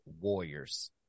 Warriors